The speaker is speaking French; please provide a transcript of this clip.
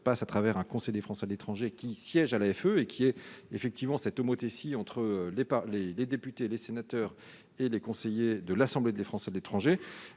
passe à travers un conseil des Français de l'étranger qui siège à l'AFE et qui est effectivement cette homothétie entre les départ les les députés et les sénateurs et les conseillers de l'Assemblée des Français de l'étranger,